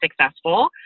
successful